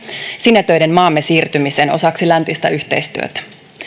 sinetöiden maamme siirtymisen osaksi läntistä yhteistyötä